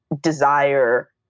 desire